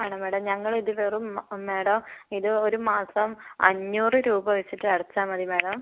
ആണോ മേഡം ഞങ്ങളിത് വെറും മേഡം ഇത് ഒരു മാസം അഞ്ഞൂറ് രൂപ വെച്ചിട്ട് അടച്ചാൽ മതി മേഡം